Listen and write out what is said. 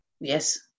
Yes